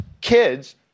kids